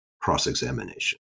cross-examination